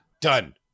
Done